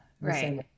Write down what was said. Right